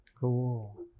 Cool